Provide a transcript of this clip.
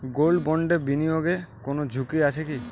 Gold বন্ডে বিনিয়োগে কোন ঝুঁকি আছে কি?